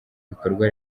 ibikorwa